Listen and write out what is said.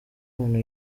umuntu